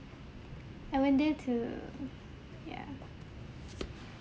I went there to yeah